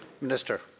Minister